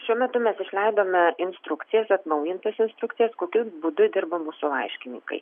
šiuo metu mes išleidome instrukcijas atnaujintas instrukcijas kokiu būdu dirba mūsų laiškininkai